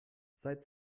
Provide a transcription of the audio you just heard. seit